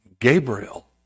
Gabriel